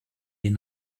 den